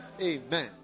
Amen